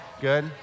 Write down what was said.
Good